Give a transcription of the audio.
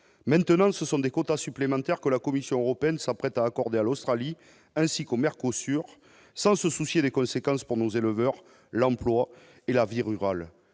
maintenant ce sont des quotas supplémentaires que la Commission européenne s'apprête à accorder à l'Australie, ainsi qu'au Mercosur, sans se soucier des conséquences pour nos éleveurs, l'emploi et la vie rurale,